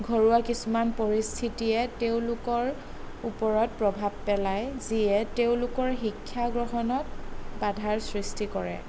ঘৰুৱা কিছুমান পৰিস্থিতিয়ে তেওঁলোকৰ ওপৰত প্ৰভাৱ পেলাই যিয়ে তেওঁলোকৰ শিক্ষা গ্ৰহণত বাধাৰ সৃষ্টি কৰে